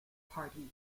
party